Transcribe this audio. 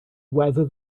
whether